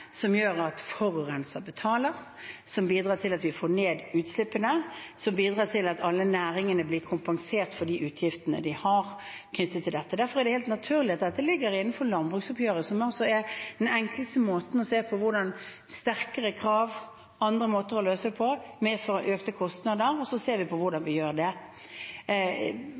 som gjør at forurenser betaler, som bidrar til at vi får ned utslippene, som bidrar til at alle næringene blir kompensert for de utgiftene de har knyttet til dette. Derfor er det helt naturlig at dette ligger innenfor landbruksoppgjøret, som er den enkleste måten å se på hvordan sterkere krav, andre måter å løse det på, medfører økte kostnader, og så ser vi på hvordan vi gjør det.